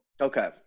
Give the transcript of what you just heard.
okay